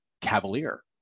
cavalier